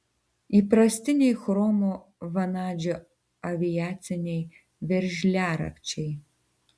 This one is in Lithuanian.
įprastiniai chromo vanadžio aviaciniai veržliarakčiai